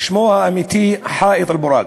שמו האמיתי, "חיט אל-בראק",